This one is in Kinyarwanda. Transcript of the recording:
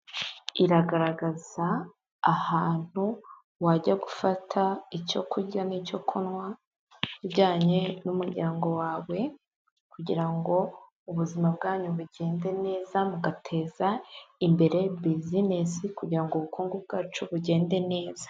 Iragaragaza ahantu wajya gufata icyo kurya n'icyo kunwa, ujyanye n'umuryango wawe, kugira ngo ubuzima bwanyu bugende neza, mugateza imbere bizinesi, kugira ngo ubukungu bwacu bugende neza.